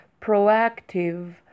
proactive